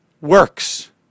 works